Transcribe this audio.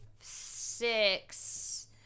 six